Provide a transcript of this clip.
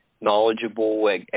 knowledgeable